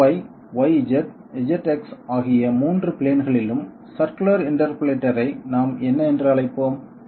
X Y Y Z Z X ஆகிய 3 பிளேன்களிலும் circular interpolator ஐ நாம் என்ன என்று அழைப்போம்